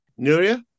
nuria